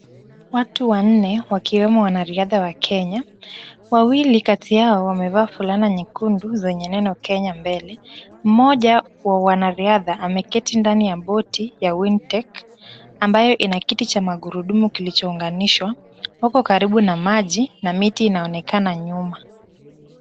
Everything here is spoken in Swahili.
Watu wanne, wakiwemo wanariadha wa Kenya, wawili kati yao wamevaa fulana nyekundu zenye neno ya Kenya mbele. Mmoja wa wanariadha ameketi ndani ya boti ya WinTech, ambayo ina kiti cha magurudumu kilichounganishwa, huko karibu na maji na miti inaonekana nyuma.